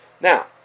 now